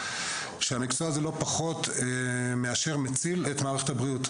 שהמקצוע הזה לא פחות מאשר מציל את מערכת הבריאות.